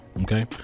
Okay